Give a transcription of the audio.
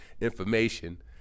information